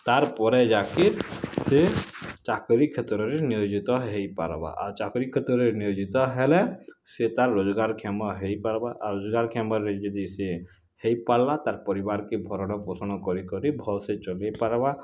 ତା'ର୍ ପରେ ଯାହାକି ସେ ଚାକିରି କ୍ଷେତ୍ରରେ ନିୟୋଜିତ ହୋଇପାର୍ବା ଆଉ ଚାକିରି କ୍ଷେତ୍ରରେ ନିୟୋଜିତ ହେଲେ ସେ ତା'ର୍ ରୋଜଗାର୍ କ୍ଷମ ହୋଇପାର୍ବା ଆର୍ ରୋଜଗାର୍ କ୍ଷମରେ ବି ଯଦି ସିଏ ହୋଇପାର୍ଲା ତାର୍ ପରିବାର୍କେ ଭରଣପୋଷଣ କରି କରି ଭଲ୍ସେ ଚଲେଇ ପାର୍ବା